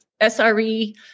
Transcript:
SRE